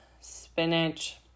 spinach